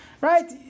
Right